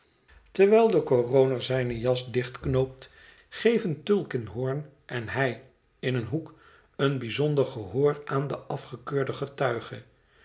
terwijl decoroner zijne jas dichtknoopt geven tulkinghorn en hij in een hoek een bijzonder gehoor aan den afgekeurden getuige